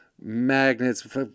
magnets